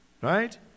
Right